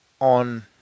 on